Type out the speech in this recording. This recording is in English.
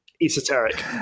esoteric